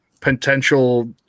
potential –